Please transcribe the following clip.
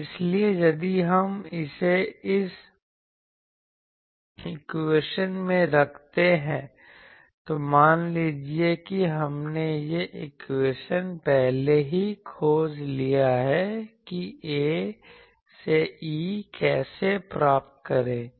इसलिए यदि हम इसे उस इक्वेशन में रखते हैं तो मान लीजिए कि हमने यह इक्वेशन पहले ही खोज लिया है कि A से E कैसे प्राप्त करें